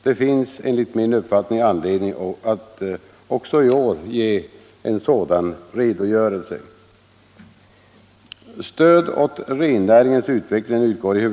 Det finns enligt min uppfattning anledning att också i år ge en sådan redogörelse.